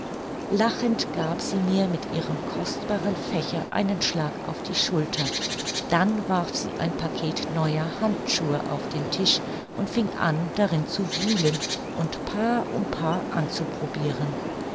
lachend gab sie mir mit ihrem kostbaren fächer einen schlag auf die schulter dann warf sie ein packet neuer handschuhe auf den tisch und fing an darin zu wühlen und paar um paar anzuprobiren